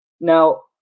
now